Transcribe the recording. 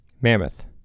Mammoth